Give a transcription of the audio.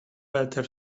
better